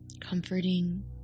comforting